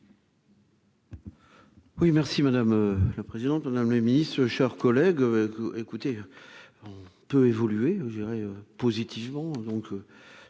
Oui merci madame la présidente, la mamie ce cher collègue écoutez on peut évoluer, je dirais, positivement,